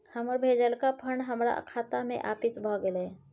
हमर भेजलका फंड हमरा खाता में आपिस भ गेलय